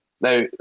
Now